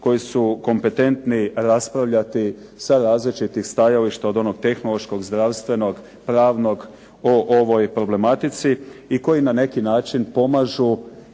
koji su kompetentni raspravljati sa različitih stajališta, od onog tehnološkog, zdravstvenog, pravnog o ovoj problematici. I koji na neki način pomažu